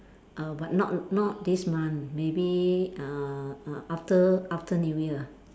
uh but not not this month maybe uh uh after after New Year